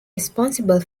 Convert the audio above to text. responsible